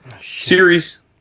series